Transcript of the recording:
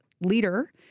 leader